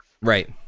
Right